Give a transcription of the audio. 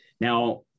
now